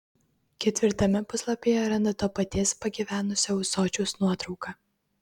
ketvirtame puslapyje randa to paties pagyvenusio ūsočiaus nuotrauką